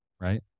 Right